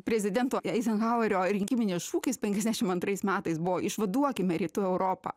prezidento eizenhauerio rinkiminis šūkis penkiasdešimt antrais metais buvo išvaduokime rytų europą